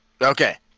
Okay